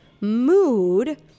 mood